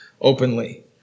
openly